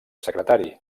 secretari